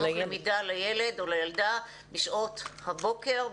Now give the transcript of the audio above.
לתמוך למידה לילד או לילדה בשעות הבוקר,